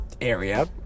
area